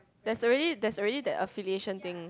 there's already there's already that affiliation thing